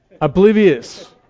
Oblivious